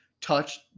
touch